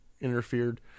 interfered